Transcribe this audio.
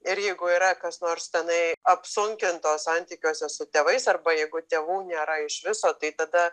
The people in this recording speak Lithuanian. ir jeigu yra kas nors tenai apsunkinto santykiuose su tėvais arba jeigu tėvų nėra iš viso tai tada